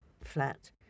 flat